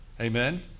Amen